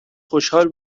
خوشحال